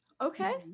okay